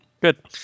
Good